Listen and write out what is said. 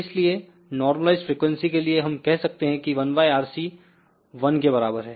इसलिए नॉर्मलआईस्डफ्रीक्वेंसी के लिए हम कह सकते हैं की 1RC 1के बराबर है